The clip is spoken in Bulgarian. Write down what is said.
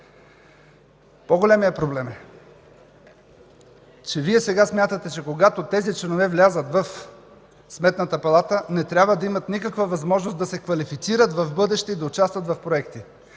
По-големият проблем е, че Вие сега смятате, че когато тези членове влязат в Сметната палата, не трябва да имат никаква възможност да се квалифицират в бъдеще и да участват в проекти.